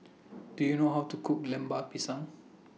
Do YOU know How to Cook Lemper Pisang